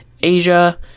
Asia